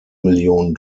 million